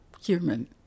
human